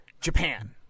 Japan